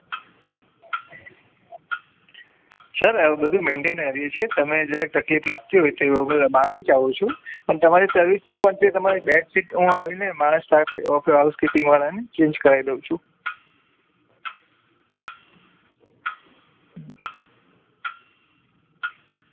sir બધું maintain કરીએ છીએ તમે જે કંઈ તકલીફ લાગતી હોય તો એ બદલ માફી ચાહું છું પણ તમારી સર્વીસ એ પણ છે તમારી બેડ શીટ હું આવીને માણસ સ્ટાફ હાઉસ કીપિંગવાળાને ચેન્જ કરાવી દઉં છું